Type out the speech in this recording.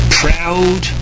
proud